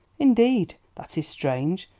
indeed, that is strange.